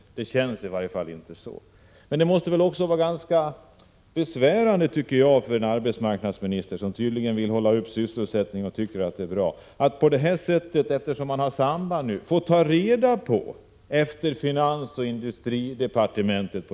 Det känns i varje fall inte så. Det måste väl också vara ganska besvärande för en arbetsmarknadsminister som tydligen vill hålla sysselsättningen uppe att på grund av det existerande sambandet få sopa upp på detta sätt efter finansoch industridepartementen.